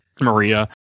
Maria